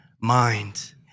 mind